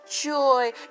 joy